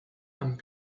and